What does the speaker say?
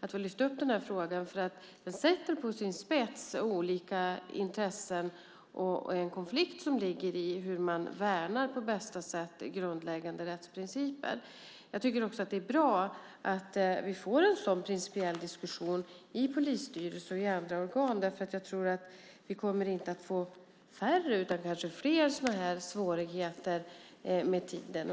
att vi får lyfta fram denna fråga eftersom den sätter olika intressen och den konflikt som ligger i hur man på bästa sätt värnar grundläggande rättsprinciper på sin spets. Det är också bra att vi får en sådan principiell diskussion i polisstyrelse och andra organ eftersom jag tror att vi inte kommer att få färre utan kanske fler sådana här svårigheter med tiden.